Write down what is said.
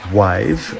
wave